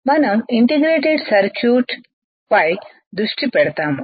మనం ఇంటిగ్రేటెడ్ సర్క్యూట్integrated ci పై దృష్టి పెడుతున్నాము